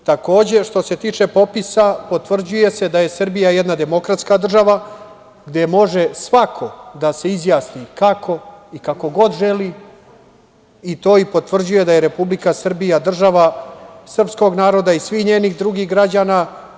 Što se tiče popisa potvrđuje se da je Srbija jedna demokratska država gde može svako da se izjasni kako i kako god želi, i to i potvrđuje da je Republika Srbija država srpskog naroda i svih njenih drugih građana.